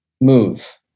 move